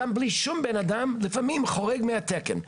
גם בלי שום בן אדם לפעמים חורג מהתקן.